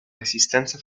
resistenza